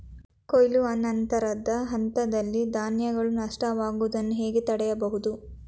ಕೊಯ್ಲು ನಂತರದ ಹಂತದಲ್ಲಿ ಧಾನ್ಯಗಳ ನಷ್ಟವಾಗುವುದನ್ನು ಹೇಗೆ ತಡೆಯಬಹುದು?